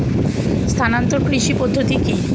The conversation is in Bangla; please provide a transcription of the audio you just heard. স্থানান্তর কৃষি পদ্ধতি কি?